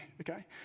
Okay